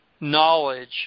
knowledge